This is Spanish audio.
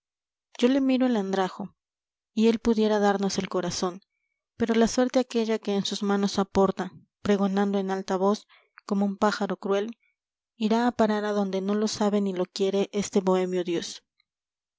yo le miro al andrajo y él pudiera darnos el corazón pero la la suerte aquella que en sus manos aporta pregonando en alta voz como un pájaro cruel irá a parar adonde no lo sabe ni lo quiere este bohemio dios